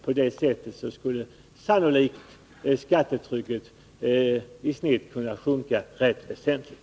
Om så skedde, skulle det genomsnittliga skattetrycket kunna sänkas rätt väsentligt.